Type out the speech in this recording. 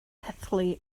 heddlu